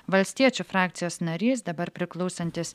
valstiečių frakcijos narys dabar priklausantis